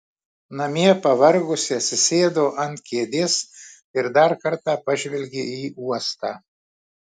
namie pavargusi atsisėdo ant kėdės ir dar kartą pažvelgė į uostą